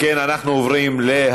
אם כן, אנחנו עוברים להצבעות.